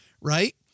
right